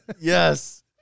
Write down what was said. Yes